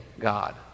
God